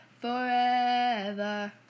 forever